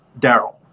Daryl